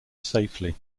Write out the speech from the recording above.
safely